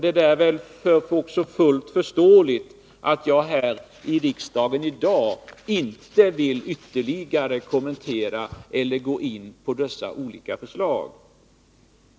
Det är också därför fullt förståeligt att jag här i riksdagen i dag inte vill ytterligare kommentera eller gå in på dessa olika förslag.